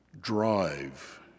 drive